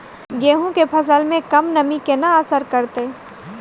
गेंहूँ केँ फसल मे कम नमी केना असर करतै?